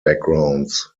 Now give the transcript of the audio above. backgrounds